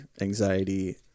anxiety